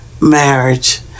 marriage